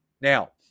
Now